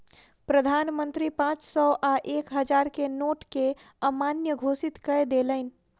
प्रधान मंत्री पांच सौ आ एक हजार के नोट के अमान्य घोषित कय देलैन